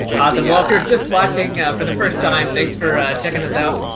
awesome well if you're just watching for the first time thanks for checking this out.